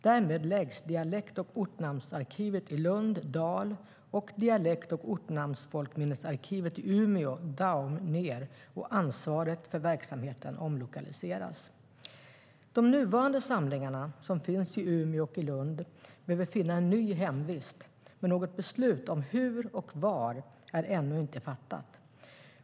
Därmed läggs Dialekt och ortnamnsarkivet i Lund, Dal, och Dialekt-, ortnamns och folkminnesarkivet i Umeå, Daum, ned, och ansvaret för verksamheten omlokaliseras. De nuvarande samlingarna som finns i Umeå och i Lund behöver finna en ny hemvist, men något beslut om hur och var är ännu inte fattat.